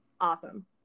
awesome